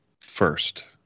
first